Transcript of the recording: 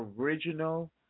original